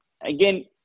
Again